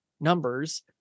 numbers